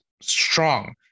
strong